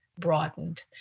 broadened